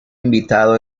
invitado